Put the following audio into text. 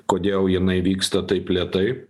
kodėl jinai vyksta taip lėtai